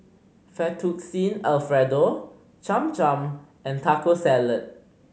Fettuccine Alfredo Cham Cham and Taco Salad